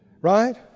Right